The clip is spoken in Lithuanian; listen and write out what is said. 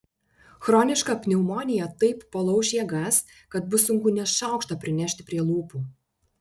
chroniška pneumonija taip palauš jėgas kad bus sunku net šaukštą prinešti prie lūpų